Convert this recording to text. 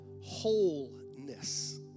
wholeness